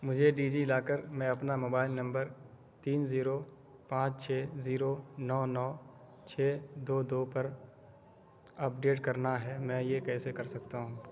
مجھے DigiLocker میں اپنا موبائل نمبر تین زیرو پانچ چھ زیرو نو نو چھ دو دو پر اپڈیٹ کرنا ہے میں یہ کیسے کر سکتا ہوں